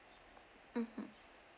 mmhmm